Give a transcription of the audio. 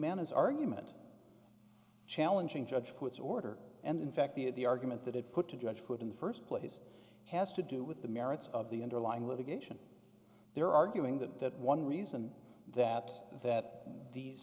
his argument challenging judge puts order and in fact the of the argument that it put to judge foot in the first place has to do with the merits of the underlying litigation they're arguing that one reason that that these